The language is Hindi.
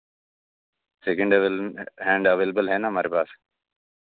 सेकंड अलवेल हैंड अवेलबल है ना हमारे पास